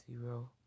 zero